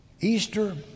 Easter